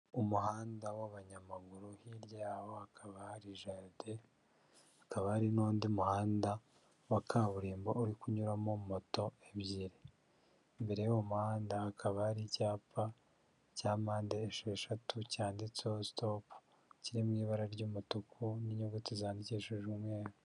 Umuhanda w'abanyamaguru hirya hakaba hari jaride, hakaba ari n'undi muhanda wa kaburimbo uri kunyuramo moto ebyiri, imbere y'uwo muhanda hakaba hari icyapa cya mpande esheshatu cyanditseho stop kiri mu ibara ry'umutuku n'inyuguti zandikishijwe umweru.